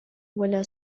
ولا